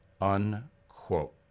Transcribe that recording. Unquote